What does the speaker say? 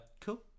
cool